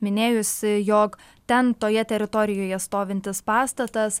minėjusi jog ten toje teritorijoje stovintis pastatas